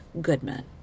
Goodman